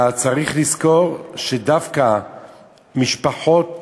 צריך לזכור שדווקא משפחות